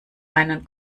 einen